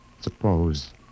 suppose